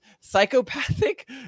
psychopathic